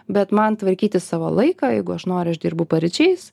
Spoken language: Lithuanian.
bet man tvarkytis savo laiką jeigu aš noriu aš dirbu paryčiais